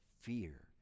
fear